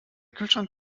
kühlschrank